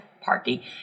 party